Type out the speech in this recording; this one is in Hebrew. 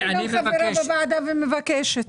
אני גם חברה בוועדה ומבקשת.